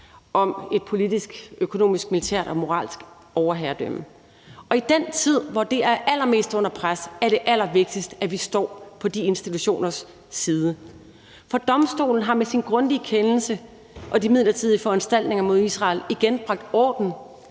om et politisk, økonomisk, militært og moralsk overherredømme. Og i den tid, hvor den er allermest under pres, er det allervigtigst, at vi står på de institutioners side. For domstolen har med sin grundige kendelse og de midlertidige foranstaltninger mod Israel igen bragt orden,